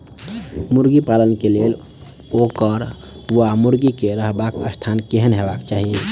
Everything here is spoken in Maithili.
मुर्गी पालन केँ लेल ओकर वा मुर्गी केँ रहबाक स्थान केहन हेबाक चाहि?